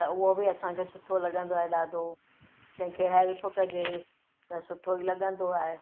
त उहो बि असांखे सुठो लॻंदो आहे ॾाढो कंहिंखे हैल्प करिजे त सुठो ई लॻंदो आहे